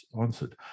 answered